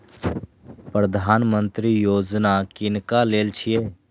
प्रधानमंत्री यौजना किनका लेल छिए?